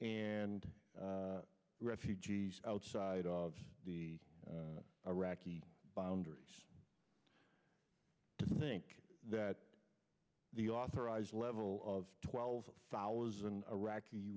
and refugees outside of the iraqi boundaries to think that the authorized level of twelve thousand iraqi